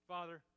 Father